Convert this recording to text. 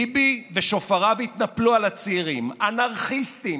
ביבי ושופריו התנפלו על הצעירים: אנרכיסטים,